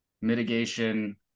mitigation